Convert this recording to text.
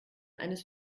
eines